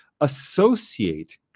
associate